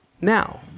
now